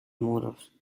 muros